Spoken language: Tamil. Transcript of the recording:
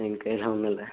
என் கையில் ஒன்றும் இல்லை